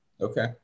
Okay